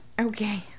Okay